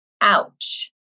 Ouch